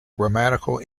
grammatical